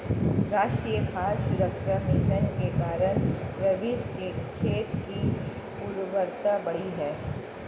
राष्ट्रीय खाद्य सुरक्षा मिशन के कारण रवीश के खेत की उर्वरता बढ़ी है